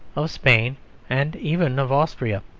of spain and even of austria.